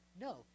No